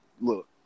look